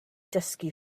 dysgu